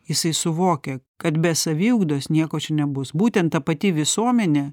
jisai suvokia kad be saviugdos nieko čia nebus būtent ta pati visuomenė